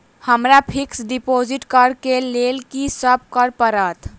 हमरा fix deposit करऽ केँ लेल की सब करऽ पड़त?